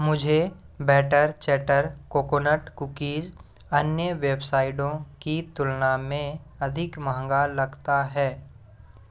मुझे batter chatter coconut cookies अन्य वेबसाइटों की तुलना में अधिक महंगा लगता है